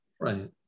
Right